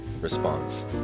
response